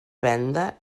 venda